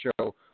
show